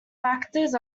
factors